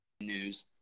news